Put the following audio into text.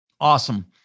Awesome